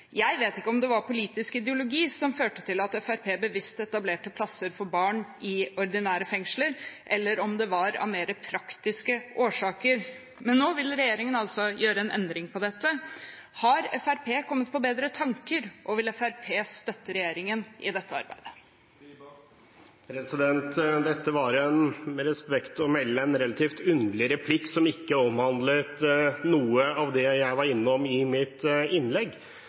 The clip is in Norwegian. Jeg vet ikke om det var politisk ideologi som førte til at Fremskrittspartiet bevisst etablerte plasser for barn i ordinære fengsler, eller om det var av mer praktiske årsaker. Nå vil regjeringen altså gjøre en endring på dette. Har Fremskrittspartiet kommet på bedre tanker, og vil Fremskrittspartiet støtte regjeringen i dette arbeidet? Dette var med respekt å melde en relativt underlig replikk, som ikke omhandlet noe av det jeg var innom i mitt innlegg.